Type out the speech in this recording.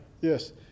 Yes